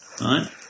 right